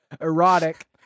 erotic